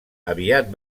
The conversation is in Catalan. aviat